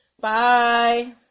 Bye